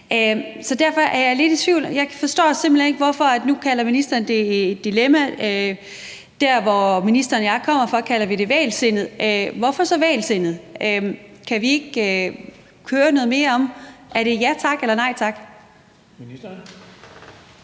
er. Derfor er jeg lidt i tvivl. Nu kalder ministeren det et dilemma – der, hvor ministeren og jeg kommer fra, kalder vi det vægelsindet. Hvorfor så vægelsindet? Kan vi ikke høre noget mere om, om det er ja tak eller nej tak?